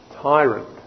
tyrant